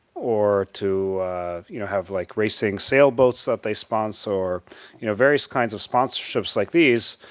or to you know have like racing sailboats that they sponsor, or you know various kinds of sponsorships like these,